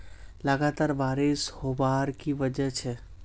लगातार बारिश होबार की वजह छे?